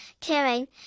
caring